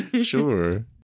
sure